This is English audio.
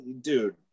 dude